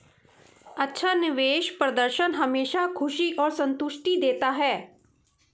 अच्छा निवेश प्रदर्शन हमेशा खुशी और संतुष्टि देता है